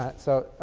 ah so,